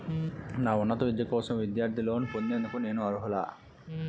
నా ఉన్నత విద్య కోసం విద్యార్థి లోన్ పొందేందుకు నేను అర్హులా?